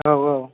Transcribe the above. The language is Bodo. औ औ